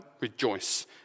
rejoice